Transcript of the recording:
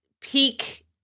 peak